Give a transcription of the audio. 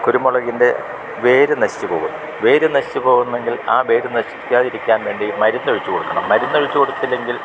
കുരുമുളകിൻ്റെ വേര് നശിച്ച് പോകുന്നു വേര് നശിച്ച് പോകുന്നെങ്കിൽ ആ വേര് നശിക്കാതിരിക്കാൻ വേണ്ടി മരുന്ന് ഒഴിച്ച് കൊടുക്കണം മരുന്ന് ഒഴിച്ച് കൊടുത്തില്ല എങ്കിൽ